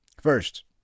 First